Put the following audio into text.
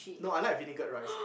no I like vinaigrette rice